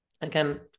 again